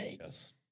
Yes